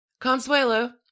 Consuelo